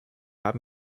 haben